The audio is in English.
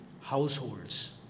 households